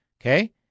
Okay